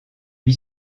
lui